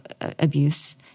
abuse